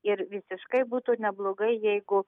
ir visiškai būtų neblogai jeigu